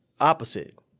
opposite